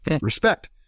respect